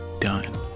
done